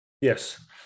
Yes